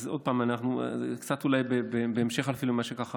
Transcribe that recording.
אז עוד פעם זה קצת אולי בהמשך למה שהיה,